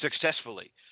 successfully